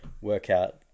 workout